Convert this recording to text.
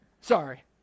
Sorry